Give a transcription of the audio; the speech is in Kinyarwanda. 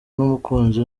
n’umukunzi